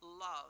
love